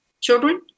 children